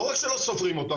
לא רק שלא סופרים אותם,